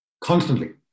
constantly